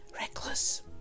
Reckless